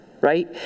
Right